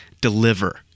deliver